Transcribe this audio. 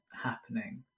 happening